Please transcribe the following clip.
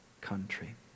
country